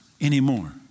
anymore